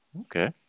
okay